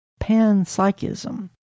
panpsychism